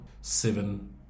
seven